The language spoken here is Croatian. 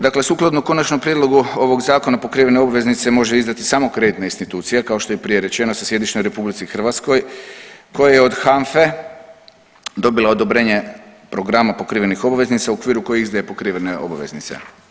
Dakle, sukladno konačnom prijedlogu ovog zakona pokrivene obveznice može izdati samo kreditna institucija kao što je prije rečeno sa sjedištem u Republici Hrvatskoj koja je od HANFA-e dobila odobrenje programa pokrivenih obveznica u okviru koje izdaje pokrivene obveznice.